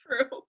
True